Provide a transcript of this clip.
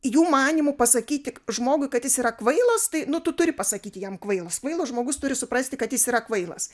jų manymu pasakyti žmogui kad jis yra kvailas tai nu tu turi pasakyti jam kvailas kvailas žmogus turi suprasti kad jis yra kvailas